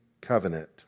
covenant